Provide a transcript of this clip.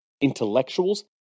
intellectuals